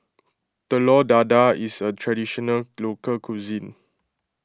Telur Dadah is a Traditional Local Cuisine